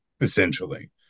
essentially